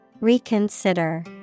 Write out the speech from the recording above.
Reconsider